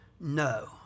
no